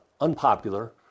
unpopular